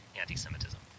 anti-Semitism